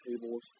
tables